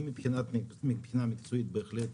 אני מבחינה מקצועית בהחלט